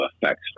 effects